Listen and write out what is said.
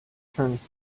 turned